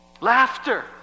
Laughter